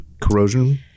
corrosion